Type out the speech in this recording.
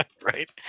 Right